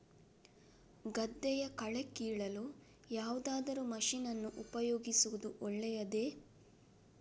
ಗದ್ದೆಯ ಕಳೆ ಕೀಳಲು ಯಾವುದಾದರೂ ಮಷೀನ್ ಅನ್ನು ಉಪಯೋಗಿಸುವುದು ಒಳ್ಳೆಯದೇ?